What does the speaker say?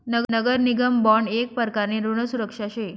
नगर निगम बॉन्ड येक प्रकारनी ऋण सुरक्षा शे